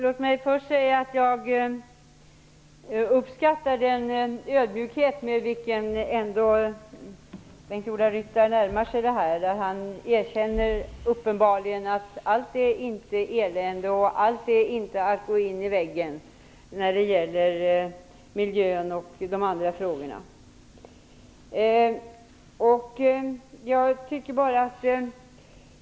Herr talman! Jag uppskattar den ödmjukhet med vilken Bengt-Ola Ryttar ändå närmar sig det här ämnet. Han erkänner uppenbarligen att allt inte är elände och att allt inte är att gå mot en vägg när det gäller miljön t.ex.